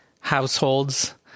households